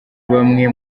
bamwe